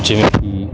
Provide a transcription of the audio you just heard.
ਜਿਵੇਂ ਕਿ